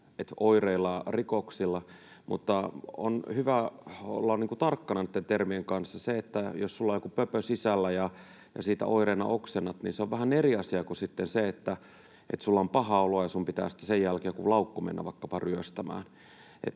”oireillaan rikoksilla”, mutta on hyvä olla tarkkana termien kanssa. Jos sinulla on joku pöpö sisällä ja siitä oireena oksennat, niin se on vähän eri asia kuin sitten se, että sinulla on paha olo ja sinun pitää sitten sen jälkeen vaikkapa joku laukku mennä ryöstämään.